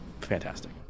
fantastic